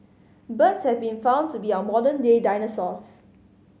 birds have been found to be our modern day dinosaurs